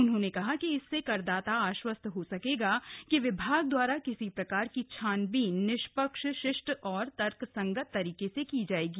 उन्होंने कहा कि इससे करदाता आश्वस्त हो सकेगा कि विभाग द्वारा किसी प्रकार की छानबीन निष्पक्ष शिष्ट और तर्कसंगत तरीके से की जाएगी